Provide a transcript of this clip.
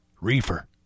Reefer